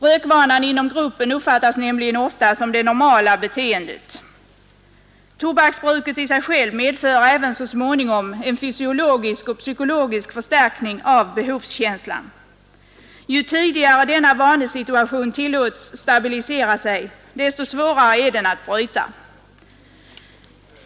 Rökningen inom gruppen uppfattas nämligen som det normala beteendet. Tobaksbruket i sig självt medför även så småningom en fysiologisk och psykologisk förstärkning av behovskänslan. Ju tidigare denna vana tillåts stabilisera sig, desto svårare är den att bryta.